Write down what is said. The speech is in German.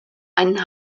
einen